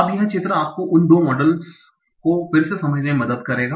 अब यह चित्र आपको उन 2 मॉडल्स को फिर से समझने में मदद करेगा